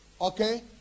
okay